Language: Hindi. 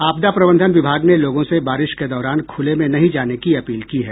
आपदा प्रबंधन विभाग ने लोगों से बारिश के दौरान खुले में नहीं जाने की अपील की है